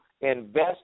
invest